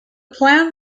plan